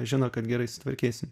žino kad gerai sutvarkysim